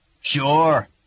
Sure